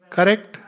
Correct